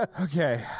Okay